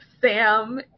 Sam